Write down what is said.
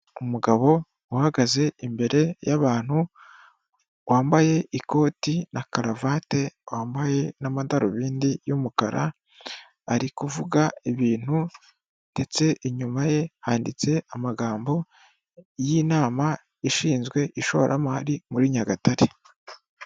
Umugabo uhagaze imbere y'abantu, wambaye ikoti na karavati, wambaye n'amadarubindi y'umukara, ari kuvuga ibintu ndetse inyuma ye handitse amagambo y'inama ishinzwe ishoramari muri Nyagatare.